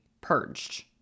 purged